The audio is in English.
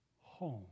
home